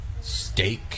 Steak